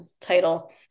title